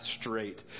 straight